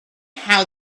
how